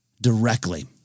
directly